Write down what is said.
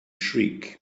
shriek